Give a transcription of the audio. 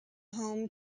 home